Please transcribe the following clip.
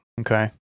okay